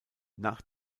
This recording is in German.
nach